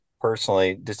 personally